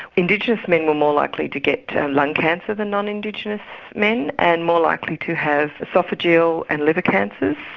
indigenous men were more likely to get lung cancer than non-indigenous men and more likely to have oesophageal and liver cancers.